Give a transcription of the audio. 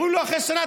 אומרים לו אחרי שנה,